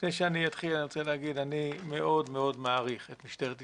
לפני שאני אתחיל אני רוצה להגיד שאני מאוד מאוד מעריך את משטרת ישראל,